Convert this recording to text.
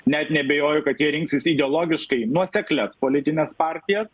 net neabejoju kad jie rinksis ideologiškai nuoseklias politines partijas